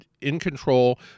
in-control